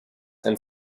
and